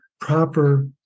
proper